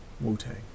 Wu-Tang